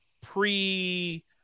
pre